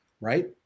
right